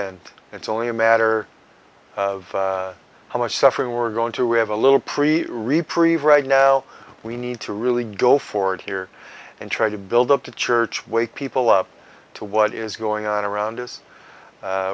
end it's only a matter of how much suffering we're going to have a little pre reprieve right now we need to really go forward here and try to build up the church wake people up to what is going on around us